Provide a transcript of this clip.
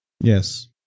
Yes